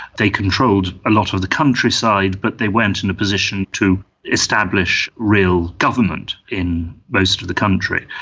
they controlled a lot of the countryside, but they weren't in a position to establish real government in most of the country.